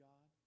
God